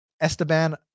esteban